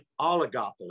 oligopoly